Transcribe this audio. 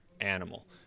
animal